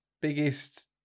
biggest